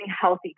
healthy